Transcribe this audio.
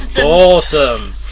Awesome